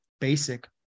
basic